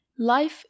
life